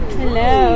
hello